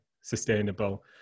sustainable